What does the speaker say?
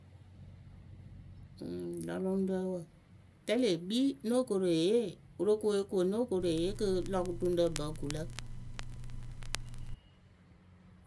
Ǝŋ lɔnuŋrǝ wǝǝ rɛ lee kpii nóo koru eyee Worokoe ko nóo koru eyee kɨ lɔnuŋrǝ bǝ kuŋ lǝ.